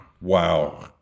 wow